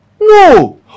No